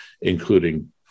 including